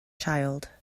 child